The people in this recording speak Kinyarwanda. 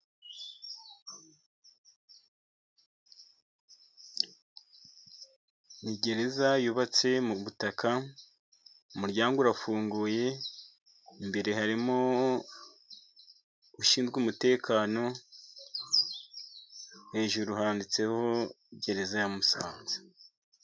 Ni gereza yubatse mu butaka, umuryango urafunguye imbere harimo ushinzwe umutekano, hejuru handitseho gereza ya Musanze.